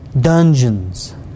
dungeons